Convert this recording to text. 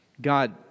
God